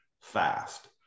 fast